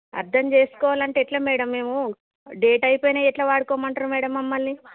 అర్థం చేసుకోవాలంటే ఎట్ల మ్యాడం మేము డేట్ అయిపోయినయి ఎట్ల వాడుకోమంటరు మ్యాడం మమ్మల్ని